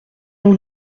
nous